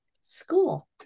school